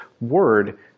word